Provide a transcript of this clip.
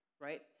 right